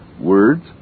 words